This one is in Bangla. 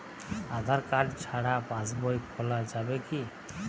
আধার কার্ড ছাড়া পাশবই খোলা যাবে কি?